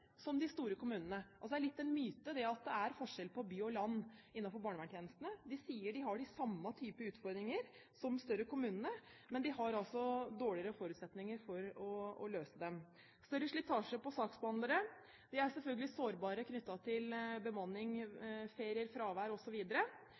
som de store kommunene. Det er altså en myte at det er forskjell på by og land innenfor barnevernstjenestene, de små kommunene sier at de har de samme typer utfordringer som de større kommunene, men de har altså dårligere forutsetninger for å løse dem. Det er større slitasje på saksbehandlere, de er selvfølgelig sårbare knyttet til bemanning,